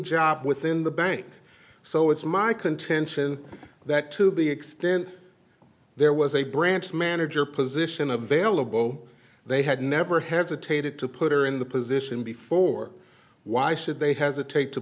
job within the bank so it's my contention that to the extent there was a branch manager position available they had never hesitated to put her in the position before why should they hesitate to